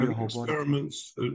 experiments